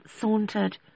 sauntered